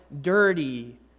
dirty